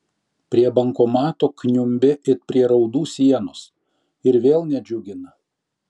prie bankomato kniumbi it prie raudų sienos ir vėl nedžiugina